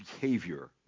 behavior